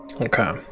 Okay